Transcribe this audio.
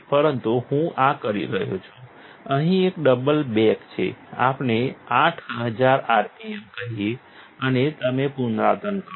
પરંતુ હું આ કરી રહ્યો છું અહીં એક ડબલ બેક છે અપણે 8000 RPM કહીએ અને તમે પુનરાવર્તન કરો